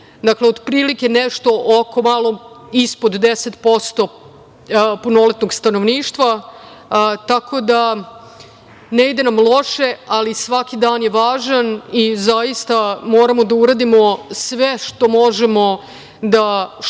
dakle, otprilike nešto oko, malo ispod 10% punoletnog stanovništva. Tako da, ne ide nam loše, ali svaki dan je važan i zaista moramo da uradimo sve što možemo da što